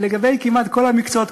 ולגבי כמעט כל המקצועות,